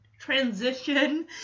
transition